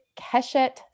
Keshet